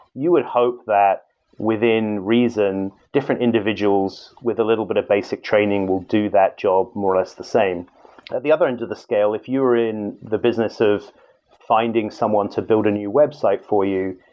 you would hope that within reason, different individuals with a little bit of basic training will do that job more or less the same. at the other end of the scale, if you're in the business of finding someone to build a new website for you,